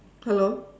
hello